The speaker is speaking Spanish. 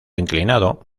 inclinado